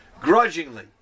grudgingly